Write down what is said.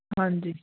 ਹਾਂਜੀ